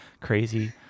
Crazy